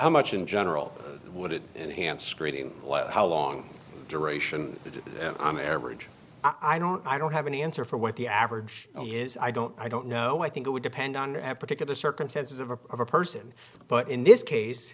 how much in general would it enhanced screening how long duration on average i don't i don't have an answer for what the average is i don't i don't know i think it would depend on particular circumstances of a person but in this case